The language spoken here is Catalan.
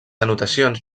anotacions